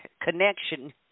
connection